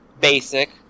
basic